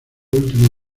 último